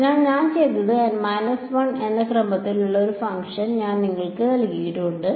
അതിനാൽ ഞാൻ ചെയ്തത് N 1 എന്ന ക്രമത്തിലുള്ള ഒരു ഫംഗ്ഷൻ ഞാൻ നിങ്ങൾക്ക് നൽകിയിട്ടുണ്ട്